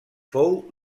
fou